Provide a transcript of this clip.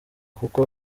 kuko